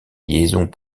liaisons